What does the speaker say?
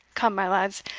come, my lads,